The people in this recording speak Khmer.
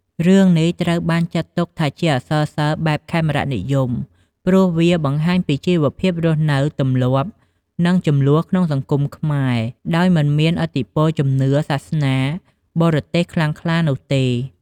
រឿងនេះត្រូវបានចាត់ទុកថាជាអក្សរសិល្ប៍បែប ខេមរនិយម ព្រោះវាបង្ហាញពីជីវិតភាពរស់នៅ ទម្លាប់ និងជម្លោះក្នុងសង្គមខ្មែរ ដោយមិនមានឥទ្ធិពលពីជំនឿសាសនាបរទេសខ្លាំងក្លានោះទេ។